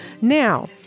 Now